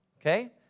okay